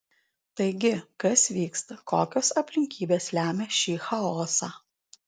taigi kas vyksta kokios aplinkybės lemia šį chaosą